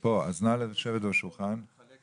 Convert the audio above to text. כל אחד